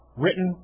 written